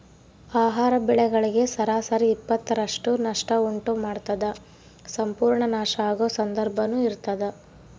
ಆಹಾರ ಬೆಳೆಗಳಿಗೆ ಸರಾಸರಿ ಇಪ್ಪತ್ತರಷ್ಟು ನಷ್ಟ ಉಂಟು ಮಾಡ್ತದ ಸಂಪೂರ್ಣ ನಾಶ ಆಗೊ ಸಂದರ್ಭನೂ ಇರ್ತದ